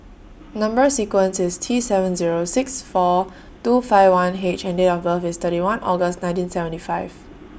Number sequence IS T seven Zero six four two five one H and Date of birth IS thirty one August nineteen seventy five